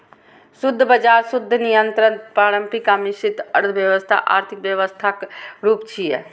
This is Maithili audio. शुद्ध बाजार, शुद्ध नियंत्रित, पारंपरिक आ मिश्रित अर्थव्यवस्था आर्थिक व्यवस्थाक रूप छियै